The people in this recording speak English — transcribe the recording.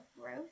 growth